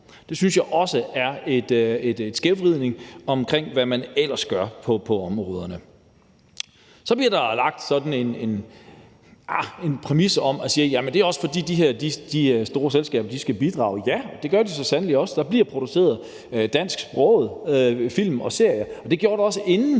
Det synes jeg også er en skævvridning af, hvad man ellers gør på områderne. Så bliver der lagt en præmis om, at det også er, fordi de her store selskaber skal bidrage. Ja, det gør de så sandelig også, for der bliver produceret dansksprogede film og serier, og det gjorde der også inden.